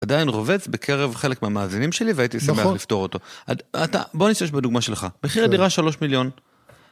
עדיין רובץ בקרב חלק מהמאזינים שלי והייתי שמח לפתור אותו. בוא נשתמש בדוגמה שלך, מחיר הדירה שלוש מיליון.